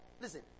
listen